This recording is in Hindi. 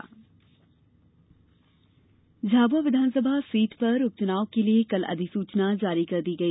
झाबुआ उपचुनाव झाबुआ विधानसभा सीट पर उपचुनाव के लिये कल अधिसूचना जारी कर दी गई